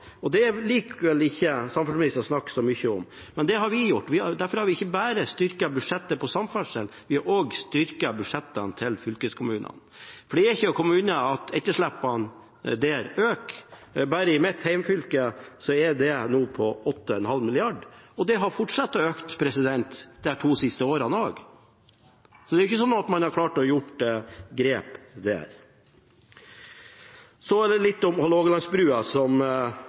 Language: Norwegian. og det liker vel ikke samferdselsministeren å snakke så mye om. Men det har vi gjort, og derfor har vi ikke bare styrket samferdselsbudsjettet, vi har også styrket budsjettene til fylkeskommunene. Det er ikke til å komme unna at etterslepene der øker. Bare i mitt hjemfylke er det nå på 8,5 mrd. kr, og det har fortsatt å øke også disse to siste årene. Det er ikke slik at man har klart å ta grep der. Så litt om Hålogalandsbrua, som statsråden sa noe om